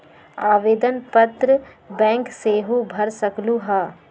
आवेदन पत्र बैंक सेहु भर सकलु ह?